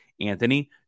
Anthony